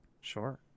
Sure